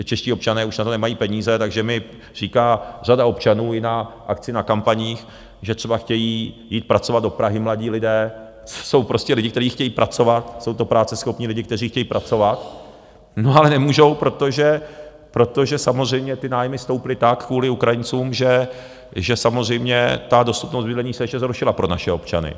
Čeští občané už na to nemají peníze, takže mi říká řada občanů i na akci, na kampaních, že třeba chtějí jít pracovat do Prahy, mladí lidé jsou prostě lidi, kteří chtějí pracovat, jsou to práceschopní lidi, kteří chtějí pracovat, ale nemůžou, protože samozřejmě ty nájmy stouply tak kvůli Ukrajincům, že samozřejmě ta dostupnost bydlení se ještě zhoršila pro naše občany.